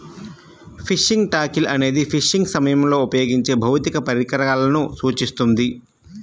fishing tackle అనేది fishing సమయంలో ఉపయోగించే భౌతిక పరికరాలను సూచిస్తుంది